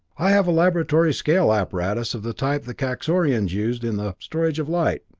i have a laboratory scale apparatus of the type the kaxorians used in the storage of light.